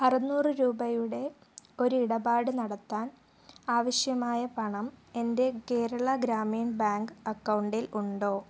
അറുനൂറ് രൂപയുടെ ഒരു ഇടപാട് നടത്താൻ ആവശ്യമായ പണം എൻ്റെ കേരള ഗ്രാമീൺ ബാങ്ക് അക്കൗണ്ടിൽ ഉണ്ടോ